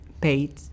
paid